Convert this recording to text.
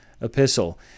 epistle